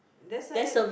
that's why